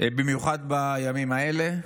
במיוחד בימים האלה.